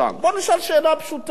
בואו נשאל שאלה פשוטה.